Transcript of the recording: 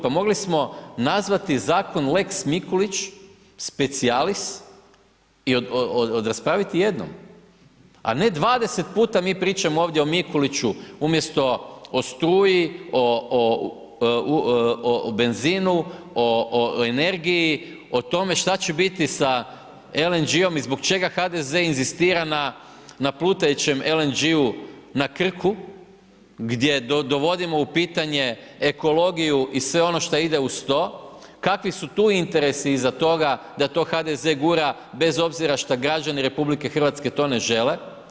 Pa mogli smo nazvati zakon lex Mikulić specijalis i raspraviti jednom, a ne 20 puta mi pričamo o Mikuliću, umjesto o struji, o benzinu, o energiji, o tome što će biti sa LNG i zbog čega HDZ inzistira na plutajućem LNG na Krku gdje dovodimo u pitanje ekologiju i sve ono što ide uz to, kakvi su tu interesi iza toga, da to HDZ gura, bez obzira što građani RH, to ne žele?